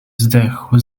zdechł